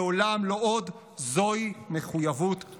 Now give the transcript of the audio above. לעולם לא עוד, מחויבותנו הבלעדית.